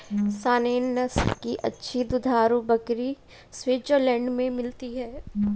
Saanen नस्ल की अच्छी दुधारू बकरी स्विट्जरलैंड में मिलती है